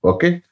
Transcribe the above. Okay